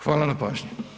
Hvala na pažnji.